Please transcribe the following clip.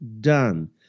done